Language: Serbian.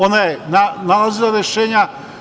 Ona je nalazila rešenja.